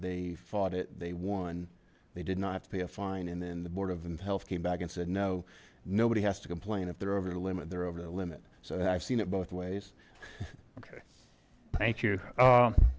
they fought it they won they did not have to pay a fine and then the board of health came back and said no nobody has to complain if they're over the limit they're over the limit so i've seen it both ways okay thank you